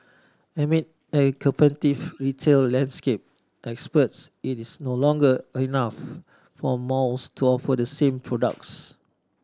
amid a competitive retail landscape experts it is no longer enough for malls to offer the same products